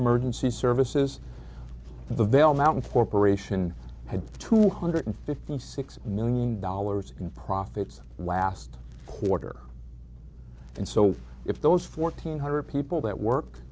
emergency services the vail mountain for peroration had two hundred fifty six million dollars in profits last quarter and so if those fourteen hundred people that work